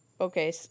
okay